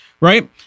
right